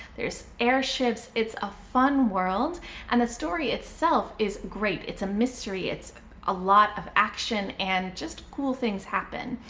there's airships. it's a fun world and the story itself is great. it's a mystery, it's a lot of action, and just cool things happen.